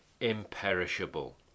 imperishable